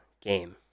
game